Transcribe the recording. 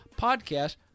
podcast